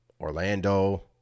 Orlando